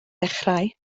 dechrau